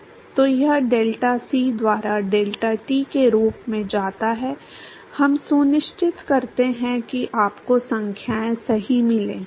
तो यह delta c द्वारा डेल्टा t के रूप में जाता है हम सुनिश्चित करते हैं कि आपको संख्याएं सही मिले